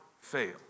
fail